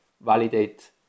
validate